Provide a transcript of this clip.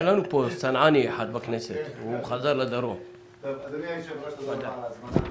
תודה לך על ההזמנה,